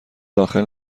داخل